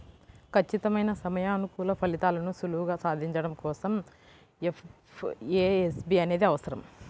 ఖచ్చితమైన సమయానుకూల ఫలితాలను సులువుగా సాధించడం కోసం ఎఫ్ఏఎస్బి అనేది అవసరం